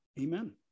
Amen